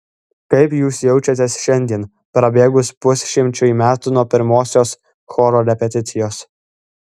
kaip jūs jaučiatės šiandien prabėgus pusšimčiui metų nuo pirmosios choro repeticijos